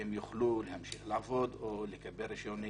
שיוכלו להמשיך לעבוד או לקבל רישיון עבודה,